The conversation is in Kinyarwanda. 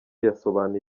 yasobanuye